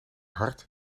hart